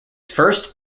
first